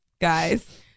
guys